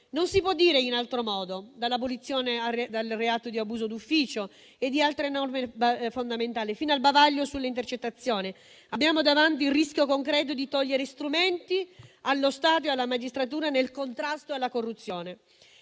Non si può dire in altro modo: si va dall'abolizione del reato di abuso d'ufficio e di altre norme fondamentali fino al bavaglio sulle intercettazioni. Abbiamo davanti il rischio concreto di togliere strumenti allo Stato e alla magistratura nel contrasto alla corruzione